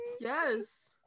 yes